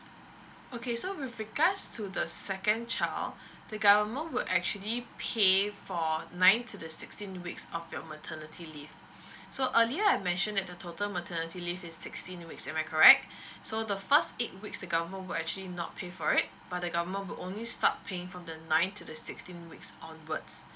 okay so with regards to the second child the government will actually pay for nine to the sixteen weeks of your maternity leave so earlier I mention that the total maternity leave is sixteen weeks am I correct so the first eight weeks the government will actually not pay for it but the government will only start paying from the nine to the sixteen weeks onwards